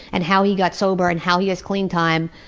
and how he got sober and how he has clean time,